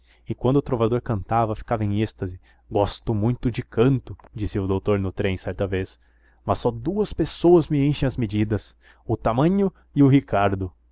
e quando o trovador cantava ficava em êxtase gosto muito de canto dizia o doutor no trem certa vez mas só duas pessoas me enchem as medidas o tamagno e o ricardo